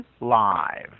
live